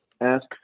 ask